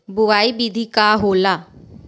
बुआई विधि का होला?